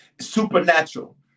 Supernatural